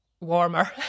warmer